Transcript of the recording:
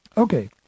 Okay